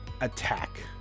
attack